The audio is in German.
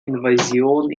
invasion